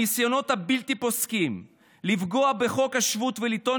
הניסיונות הבלתי-פוסקים לפגוע בחוק השבות ולטעון